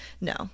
No